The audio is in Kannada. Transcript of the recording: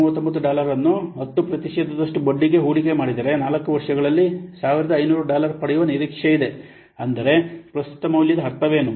39 ಡಾಲರ್ ಅನ್ನು 10 ಪ್ರತಿಶತದಷ್ಟು ಬಡ್ಡಿಗೆ ಹೂಡಿಕೆ ಮಾಡಿದರೆ ನಾಲ್ಕು ವರ್ಷಗಳಲ್ಲಿ 1500 ಡಾಲರ್ ಪಡೆಯುವ ನಿರೀಕ್ಷೆಯಿದೆ ಅಂದರೆ ಪ್ರಸ್ತುತ ಮೌಲ್ಯದ ಅರ್ಥವೇನು